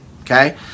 okay